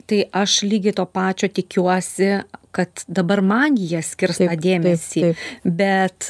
tai aš lygiai to pačio tikiuosi kad dabar man jie skirs tą dėmesį bet